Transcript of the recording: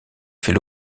fait